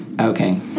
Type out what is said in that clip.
Okay